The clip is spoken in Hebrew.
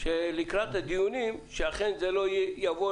לקראת הדיונים שאכן זה לא יבוא